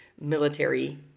military